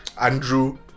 Andrew